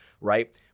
right